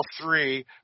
three